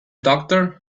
doctor